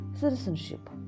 citizenship